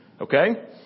Okay